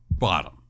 bottom